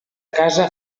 casa